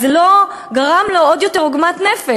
אז זה לא גרם לו עוד יותר עוגמת נפש.